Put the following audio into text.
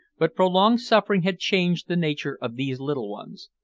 but prolonged suffering had changed the nature of these little ones.